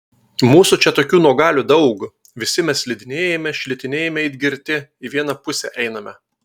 mūsų čia tokių nuogalių daug visi mes slidinėjame šlitinėjame it girti į vieną pusę einame